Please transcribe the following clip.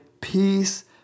peace